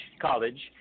college